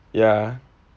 ya